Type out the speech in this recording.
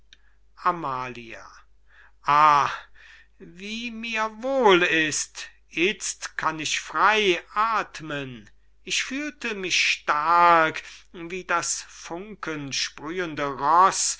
amalia ah wie mir wohl ist itzt kann ich frey athmen ich fühlte mich stark wie das